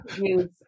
use